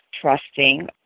trusting